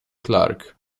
clark